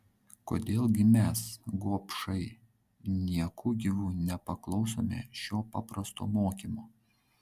kodėl gi mes gobšai nieku gyvu nepaklausome šio paprasto mokymo